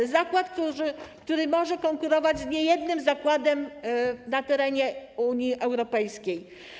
To zakład, który może konkurować z niejednym zakładem na terenie Unii Europejskiej.